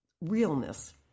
realness